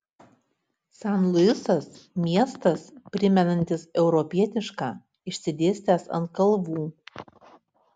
san luisas miestas primenantis europietišką išsidėstęs ant kalvų